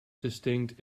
distinct